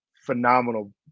phenomenal